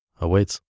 awaits